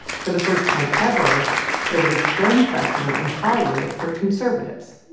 for the first time ever there was a film festival in hollywood for conservatives